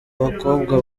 bakobwa